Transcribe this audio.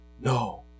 No